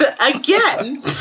Again